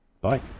bye